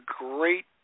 great